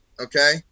okay